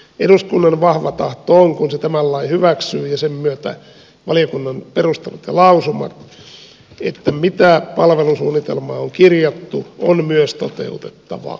eduskunnan vahva tahto on kun se hyväksyy tämän lain ja sen myötä valiokunnan perustelut ja lausumat että mitä palvelusuunnitelmaan on kirjattu on myös toteutettava